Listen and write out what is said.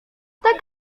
tak